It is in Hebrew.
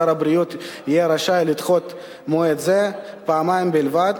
שר הבריאות יהיה רשאי לדחות מועד זה פעמיים בלבד,